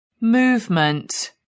Movement